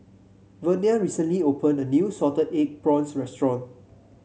Vernia recently opened a new Salted Egg Prawns restaurant